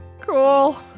Cool